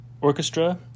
Orchestra